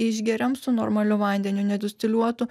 išgeriam su normaliu vandeniu nedistiliuotu